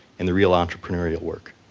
in the real entrepreneurial work.